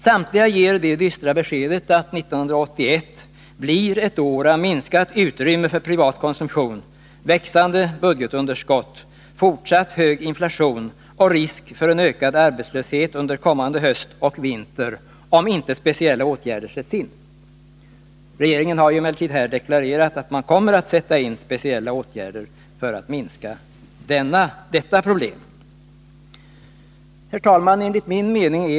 Samtliga ger det dystra beskedet att 1981 blir ett år av tiska åtgärder minskat utrymme för privat konsumtion, växande budgetunderskott, fortsatt hög inflation och risk för en ökad arbetslöshet under kommande höst och vinter, om inte speciella åtgärder sätts in. Regeringen har emellertid deklarerat att den kommer att sätta in speciella åtgärder för att minska arbetslösheten.